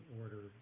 order